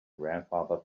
grandfather